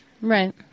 Right